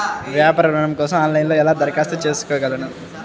వ్యాపార ఋణం కోసం ఆన్లైన్లో ఎలా దరఖాస్తు చేసుకోగలను?